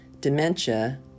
dementia